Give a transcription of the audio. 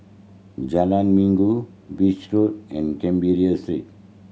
Jalan Minggu Beach Road and Canberra Street